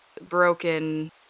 broken